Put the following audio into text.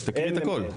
תקריא את הכול.